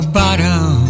bottom